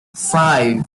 five